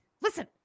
listen